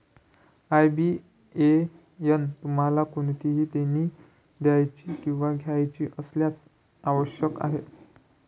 IBAN तुम्हाला कोणतेही देणी द्यायची किंवा घ्यायची असल्यास आवश्यक आहे